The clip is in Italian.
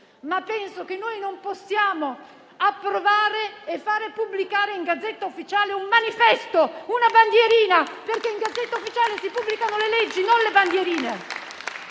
tuttavia, che non possiamo approvare e fare pubblicare in *Gazzetta Ufficiale* un manifesto, una bandierina, perché in *Gazzetta Ufficiale* si pubblicano le leggi, non le bandierine.